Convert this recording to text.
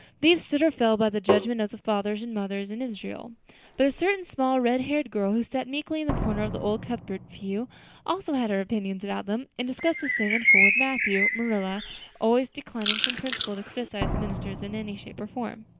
these stood or fell by the judgment of the fathers and mothers in israel but a certain small, red-haired girl who sat meekly in the corner of the old cuthbert pew also had her opinions about them and discussed the same in full with matthew, marilla always declining from principle to criticize ministers in any shape or form.